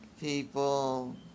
people